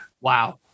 Wow